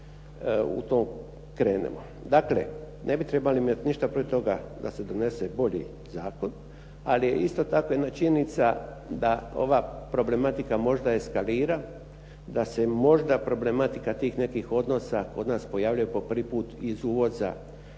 u to krenemo. Dakle, ne bi trebali imati ništa protiv toga da se donese i bolji zakon, ali je isto tako jedna činjenica da ova problematika možda eskalira, da se možda problematika tih nekih odnosa kod nas pojavljuje po prvi put iz uvoza